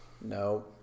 No